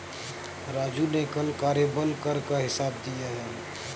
राजू ने कल कार्यबल कर का हिसाब दिया है